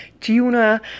tuna